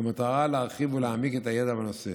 במטרה להרחיב ולהעמיק את הידע בנושא.